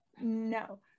no